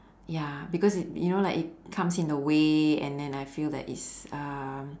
ya because i~ it you know like it comes in the way and then I feel like it's uh